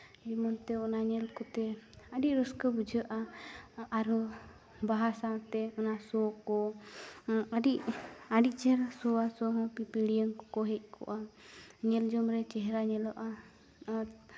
ᱧᱮᱞᱛᱮ ᱚᱱᱟ ᱧᱮᱞ ᱠᱟᱛᱮᱫ ᱟᱹᱰᱤ ᱨᱟᱹᱥᱠᱟᱹ ᱵᱩᱡᱷᱟᱹᱜᱼᱟ ᱟᱨᱚ ᱵᱟᱦᱟ ᱥᱟᱶᱛᱮ ᱚᱱᱟ ᱥᱚ ᱠᱚ ᱟᱹᱰᱤ ᱟᱹᱰᱤ ᱪᱮᱦᱨᱟ ᱥᱚᱣᱟ ᱥᱚ ᱦᱚᱸ ᱯᱤᱯᱤᱲᱤᱭᱟᱹᱝ ᱠᱚᱠᱚ ᱦᱮᱡᱽ ᱠᱚᱜᱼᱟ ᱧᱮᱞᱡᱚᱝ ᱨᱮ ᱪᱮᱦᱨᱟ ᱧᱮᱞᱚᱜᱼᱟ ᱟᱨ